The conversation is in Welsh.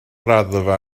raddfa